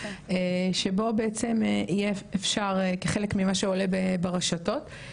שבו בעצם יהיה אפשר כחלק ממה שעולה ברשתות,